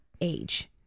age